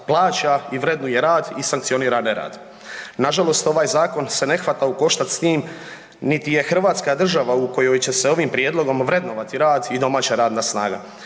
plaća i vrednuje rad i sankcionira nerad. Nažalost, ovaj zakon se ne hvata u koštac s tim, niti je hrvatska država u kojoj će se ovim prijedlogom vrednovati rad i domaća radna snaga.